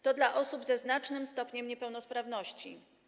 To dla osób ze znacznym stopniem niepełnosprawności.